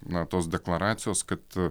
na tos deklaracijos kad